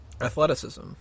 Athleticism